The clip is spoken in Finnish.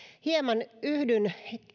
hieman yhdyn